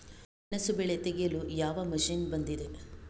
ಗೆಣಸು ಬೆಳೆ ತೆಗೆಯಲು ಯಾವ ಮಷೀನ್ ಬಂದಿದೆ?